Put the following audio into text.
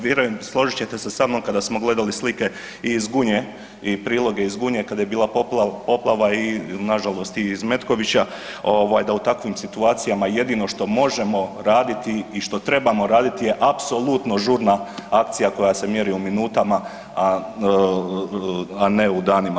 Vjerujem složit ćete se sa mnom kada smo gledali slike iz Gunje i priloge iz Gunje kada je bila poplava, nažalost i iz Metkovića da u takvim situacija jedino što možemo raditi i što trebamo raditi je apsolutno žurna akcija koja se mjeri u minutama, a ne u danima.